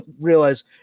realize